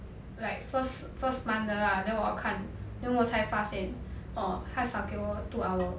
like first first month 的 lah then 我看 then 我才发现 orh 他少给我 two hour